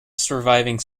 surviving